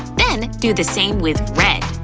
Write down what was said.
then do the same with red.